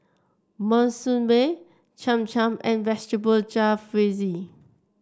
Monsunabe Cham Cham and Vegetable Jalfrezi